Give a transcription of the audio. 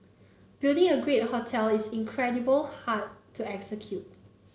building a great hotel is incredibly hard to execute